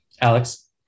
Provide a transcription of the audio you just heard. Alex